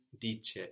Dice